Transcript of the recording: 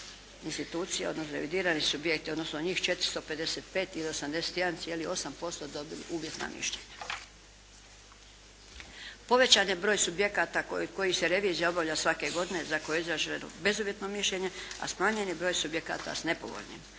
institucije odnosno revidirani subjekti odnosno njih 455 ili 81,8% dobili uvjetna mišljenja. Povećan je broj subjekata kojih se revizija obavlja svake godine za koje je izraženo bezuvjetno mišljenje, a smanjen je broj subjekata s nepovoljnim.